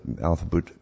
alphabet